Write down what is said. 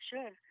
Sure